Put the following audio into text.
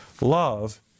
Love